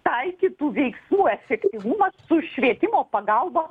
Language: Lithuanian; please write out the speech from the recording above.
taikytų veiksmų efektyvumą su švietimo pagalba